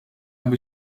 aby